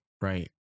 Right